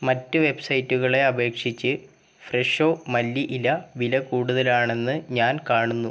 മറ്റ് വെബ്സൈറ്റുകളെ അപേക്ഷിച്ച് ഫ്രെഷോ മല്ലി ഇല വില കൂടുതലാണെന്ന് ഞാൻ കാണുന്നു